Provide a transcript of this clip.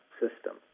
system